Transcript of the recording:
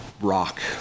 Rock